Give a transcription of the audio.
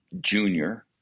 junior